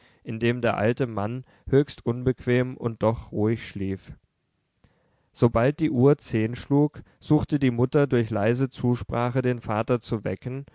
in dem der alte mann höchst unbequem und doch ruhig schlief sobald die uhr zehn schlug suchte die mutter durch leise zusprache den vater zu wecken